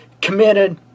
committed